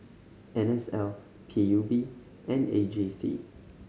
N S L P U B and A G C